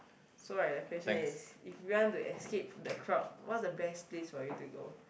so right the question is if you want to escape the crowd what is the best place for you to go